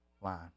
line